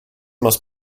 must